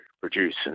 produce